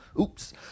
Oops